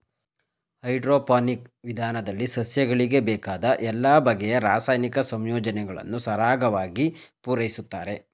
hydroponic ವಿಧಾನದಲ್ಲಿ ಸಸ್ಯಗಳಿಗೆ ಬೇಕಾದ ಎಲ್ಲ ಬಗೆಯ ರಾಸಾಯನಿಕ ಸಂಯೋಜನೆಗಳನ್ನು ಸರಾಗವಾಗಿ ಪೂರೈಸುತ್ತಾರೆ